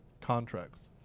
contracts